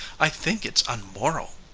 i think it's unmoral,